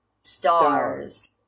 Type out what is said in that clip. Stars